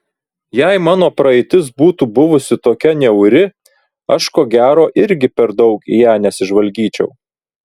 jei mano praeitis būtų buvusi tokia niauri aš ko gero irgi per daug į ją nesižvalgyčiau